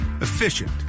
efficient